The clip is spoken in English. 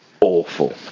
Awful